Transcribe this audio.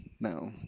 no